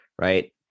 Right